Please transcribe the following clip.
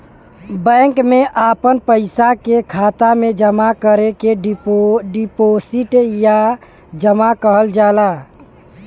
bank मे आपन पइसा के खाता मे जमा करे के डीपोसिट या जमा कहल जाला